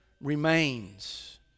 remains